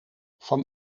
van